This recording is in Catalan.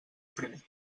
primer